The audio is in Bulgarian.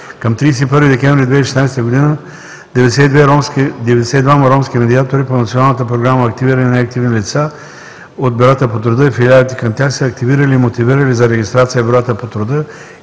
Към 31 декември 2016 г. 92-ма ромски медиатори по Националната програма „Активиране на неактивни лица” от ДБТ и филиалите към тях са активирали и мотивирали за регистрация в бюрата по труда